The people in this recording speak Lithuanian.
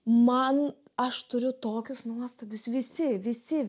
man aš turiu tokius nuostabius visi visi